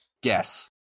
Guess